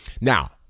now